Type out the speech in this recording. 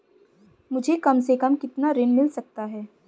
मुझे कम से कम कितना ऋण मिल सकता है?